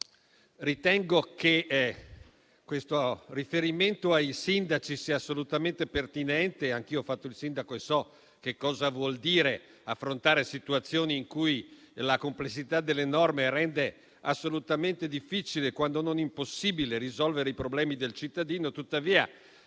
ritengo che il riferimento ai sindaci sia assolutamente pertinente: anch'io ho fatto il sindaco e so che cosa vuol dire affrontare situazioni in cui la complessità delle norme rende assolutamente difficile, quando non impossibile, risolvere i problemi del cittadino.